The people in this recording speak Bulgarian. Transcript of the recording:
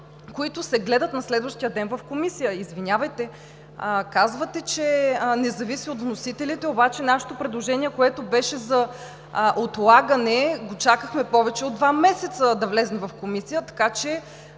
които се гледат на следващия ден в Комисията. Извинявайте, казвате, че не зависи от вносителите, обаче нашето предложение, което беше за отлагане, го чакахме повече от два месеца да влезе в Комисията.